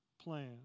plan